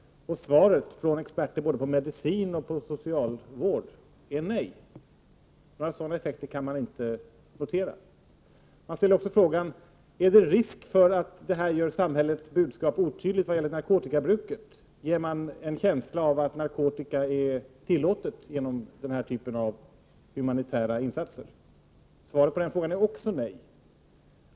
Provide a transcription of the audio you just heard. Svaret från experter på både medicin och socialvård är nej. Några sådana effekter har inte noterats. Man ställer också frågan: Finns det en risk för att det här gör samhällets budskap otydligt vad gäller narkotikabruket? Får man härmed en känsla av att narkotikabruk tillåts genom den här typen av humanitära insatser? Svaret på den frågan är också nej.